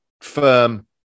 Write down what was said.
firm